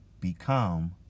Become